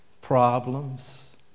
problems